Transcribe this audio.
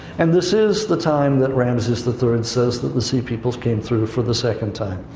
and this is the time that ramses the third says that the sea peoples came through for the second time.